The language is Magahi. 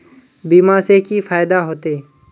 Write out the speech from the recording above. बीमा से की फायदा होते?